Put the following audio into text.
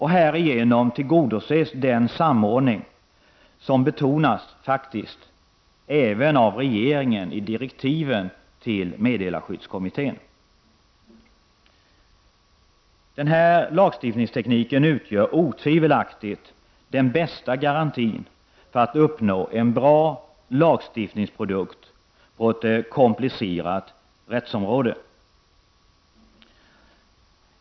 Härigenom tillgodoses den samordning som faktiskt betonas även av regeringen i direktiven till meddelarskyddskommittén. Den här lagstiftningstekniken utgör otvivelaktigt den bästa garantin för att uppnå en bra lagstiftningsprodukt på ett komplicerat rättsområde.